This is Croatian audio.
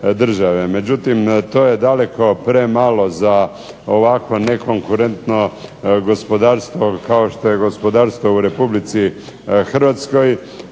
Međutim, to je daleko premalo za ovako nekonkurentno gospodarstvo kao što je gospodarstvo u Republici Hrvatskoj.